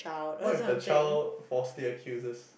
what if the child falsely accuses